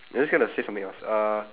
I'm just gonna say something else uh